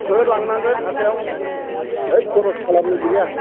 औ लांनांगोन हाथाइयाव हैद खरस खालामनो गैया